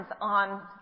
on